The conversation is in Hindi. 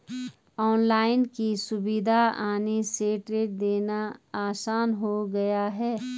ऑनलाइन की सुविधा आने से टेस्ट देना आसान हो गया है